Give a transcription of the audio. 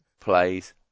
plays